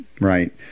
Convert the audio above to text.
Right